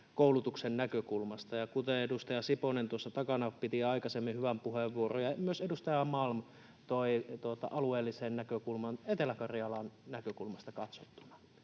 koulutuksen näkökulmasta, kuten edustaja Siponen, joka tuossa takana piti aikaisemmin hyvän puheenvuoron, ja myös edustaja Malm toi alueellisen näkökulman Etelä-Karjalan näkökulmasta katsottuna.